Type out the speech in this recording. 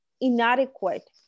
inadequate